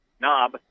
knob